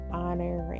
honor